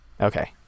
Okay